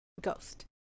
ghost